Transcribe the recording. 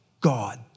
God